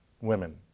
women